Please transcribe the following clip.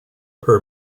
per